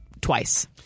twice